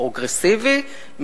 פרוגרסיבי,